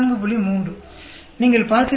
3 நீங்கள் பார்க்கிறீர்களா